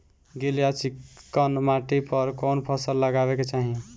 गील या चिकन माटी पर कउन फसल लगावे के चाही?